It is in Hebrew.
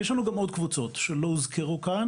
יש לנו גם עוד קבוצות שלא הוזכרו כאן